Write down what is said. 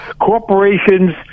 corporations